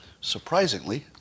Surprisingly